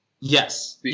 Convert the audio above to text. Yes